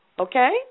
okay